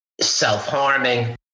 self-harming